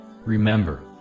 Remember